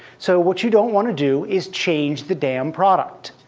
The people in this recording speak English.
so what you don't want to do is change the damn product.